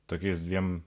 tokiais dviem